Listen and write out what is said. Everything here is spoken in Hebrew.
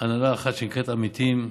הנהלה אחת, שנקראת "עמיתים",